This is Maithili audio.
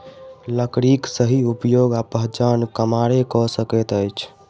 लकड़ीक सही उपयोग आ पहिचान कमारे क सकैत अछि